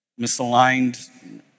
Misaligned